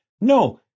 no